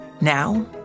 Now